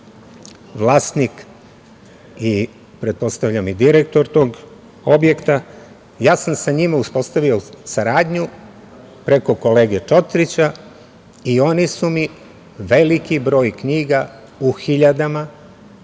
vlasnik, i pretpostavljam i direktor tog objekta. Sa njim sam uspostavio saradnju preko kolege Čotrića, i oni su mi veliki broj knjiga, u hiljadama,